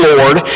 Lord